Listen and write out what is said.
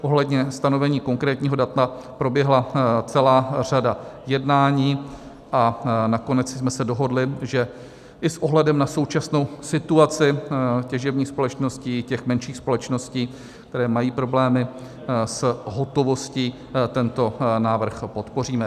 Ohledně stanovení konkrétního data proběhla celá řada jednání a nakonec jsme se dohodli, že i s ohledem na současnou situaci těžebních společností, těch menších společností, které mají problémy s hotovostí, tento návrh podpoříme.